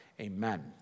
Amen